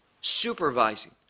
supervising